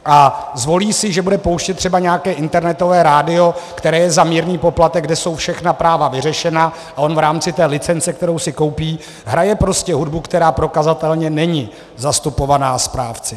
A zvolí si, že bude pouštět třeba nějaké internetové rádio, které je za mírný poplatek, kde jsou všechna práva vyřešena, a on v rámci té licence, kterou si koupí, hraje prostě hudbu, která prokazatelně není zastupována správci.